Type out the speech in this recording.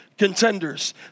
Contenders